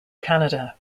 canada